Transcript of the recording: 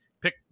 pick